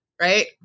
Right